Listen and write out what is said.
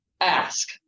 ask